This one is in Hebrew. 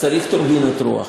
צריך טורבינות רוח.